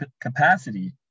capacity